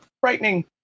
frightening